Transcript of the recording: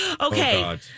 Okay